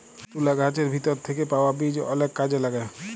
তুলা গাহাচের ভিতর থ্যাইকে পাউয়া বীজ অলেক কাজে ল্যাগে